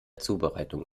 zubereitung